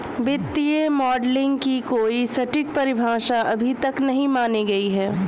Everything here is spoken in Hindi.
वित्तीय मॉडलिंग की कोई सटीक परिभाषा अभी तक नहीं मानी गयी है